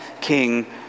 king